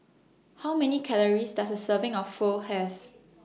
How Many Calories Does A Serving of Pho Have